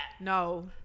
No